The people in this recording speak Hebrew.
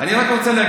רק מילה אחת.